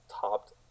topped